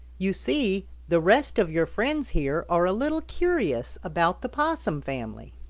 you see, the rest of your friends here are a little curious about the possum family.